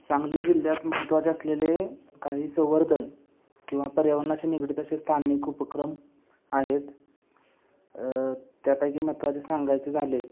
सांगली जिल्ह्यात महत्त्वाचे असलेले काही संवर्धन किंवा पर्यावरणाशी निगडीत असे स्थानिक उपक्रम आहेत त्यापैकी महत्त्वाचे सांगायचे झाले